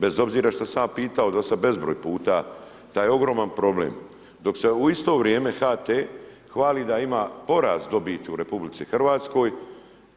Bez obzira što sam ja pitao do sada bezbroj puta da je ogroman problem, dok se u isto vrijeme HT hvali da ima porast dobiti u RH,